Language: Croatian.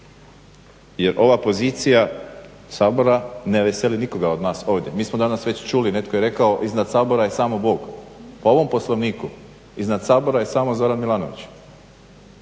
jer ova pozicija Sabora ne veseli nikoga od nas ovdje. Mi smo danas već čuli, netko je rekao iznad Sabora je samo bog. Po ovom Poslovniku iznad Sabora je samo Zoran Milanović,